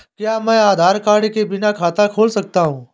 क्या मैं आधार कार्ड के बिना खाता खुला सकता हूं?